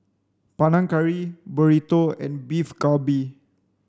Panang Curry Burrito and Beef Galbi